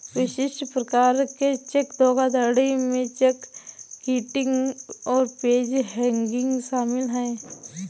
विशिष्ट प्रकार के चेक धोखाधड़ी में चेक किटिंग और पेज हैंगिंग शामिल हैं